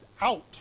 out